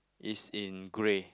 is in grey